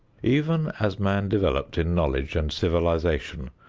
even as man developed in knowledge and civilization,